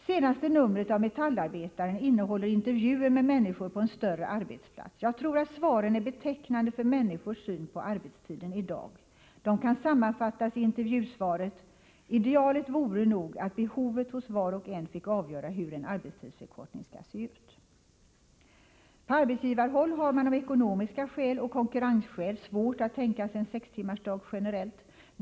Senaste numret av Metallarbetaren innehåller intervjuer med människor på en större arbetsplats. Jag tror att svaren är betecknande för människors syn på arbetstiden i dag. Det kan sammanfattas i intervjusvaret: ”Idealet vore nog att behovet hos var och en fick avgöra hur en arbetstidsförkortning skall se ut.” På arbetsgivarhåll har man av ekonomiska skäl och konkurrensskäl svårt att tänka sig en sextimmarsdag generellt.